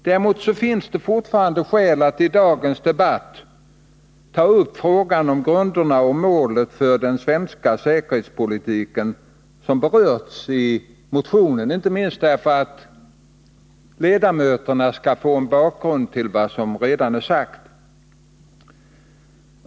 Däremot finns det fortfarande skäl att i dagens debatt ta upp frågan om grunderna och målet för den svenska säkerhetspolitiken, som också berörts i motionen, inte minst därför att riksdagens ledamöter skall få en bakgrund till vad som redan är sagt.